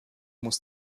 muss